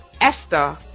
Esther